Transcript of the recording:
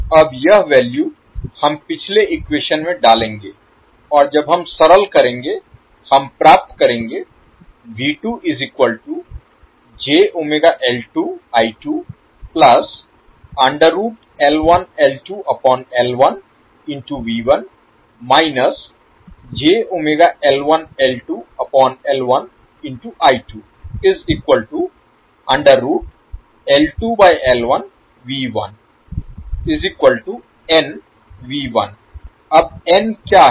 अब यह वैल्यू हम पिछले इक्वेशन में डालेंगे और जब हम सरल करेंगे हम प्राप्त करेंगे अब n क्या है